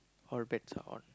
all bets are on